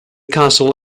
castle